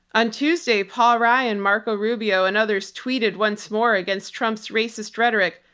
on tuesday, paul ryan, marco rubio, and others tweeted once more against trump's racist rhetoric.